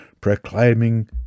proclaiming